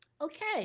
Okay